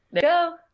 Go